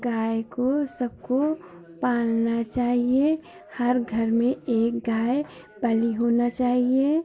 गाय को सबको पालना चाहिए हर घर में एक गाय पली होना चाहिए